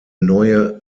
neue